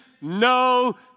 no